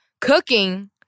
cooking